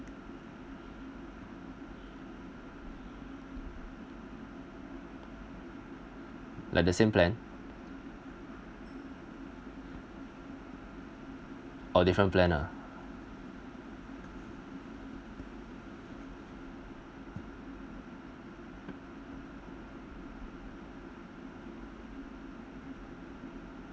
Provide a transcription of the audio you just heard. like the same plan or different plan ah